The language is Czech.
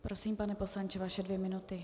Prosím, pane poslanče, vaše dvě minuty.